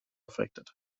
affected